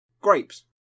Grapes